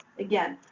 again,